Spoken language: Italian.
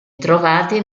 trovati